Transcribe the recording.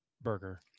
burger